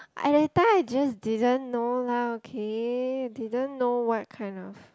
I that time I just didn't know lah okay didn't know what kind of